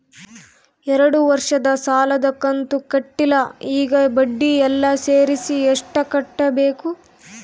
ಎರಡು ವರ್ಷದ ಸಾಲದ ಕಂತು ಕಟ್ಟಿಲ ಈಗ ಬಡ್ಡಿ ಎಲ್ಲಾ ಸೇರಿಸಿ ಎಷ್ಟ ಕಟ್ಟಬೇಕು?